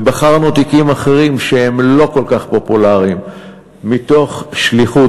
ובחרנו תיקים אחרים שהם לא כל כך פופולריים מתוך שליחות,